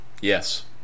yes